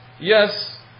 Yes